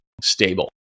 stable